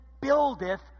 buildeth